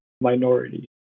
minority